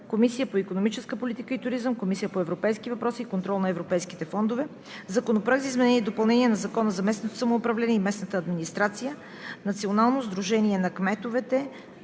Комисията по икономическа политика и туризъм и Комисията по европейските въпроси и контрол на европейските фондове. Законопроект за изменение и допълнение на Закона за местното самоуправление и местната администрация. Вносител е Националното сдружение на кметовете